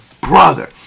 brother